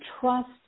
trust